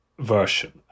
Version